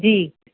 जी